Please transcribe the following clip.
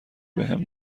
بهم